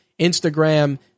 instagram